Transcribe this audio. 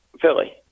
philly